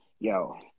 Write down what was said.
Yo